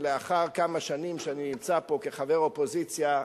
לאחר כמה שנים שאני נמצא פה כחבר אופוזיציה,